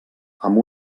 amb